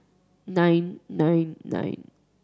nine nine nine